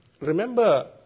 Remember